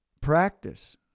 practice